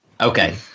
Okay